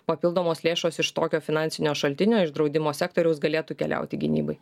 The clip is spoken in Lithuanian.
papildomos lėšos iš tokio finansinio šaltinio iš draudimo sektoriaus galėtų keliauti gynybai